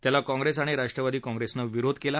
त्याला काँगेस आणि राष्ट्रवादी काँग्रेसनं विरोध केला